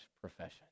profession